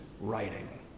writing